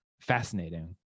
fascinating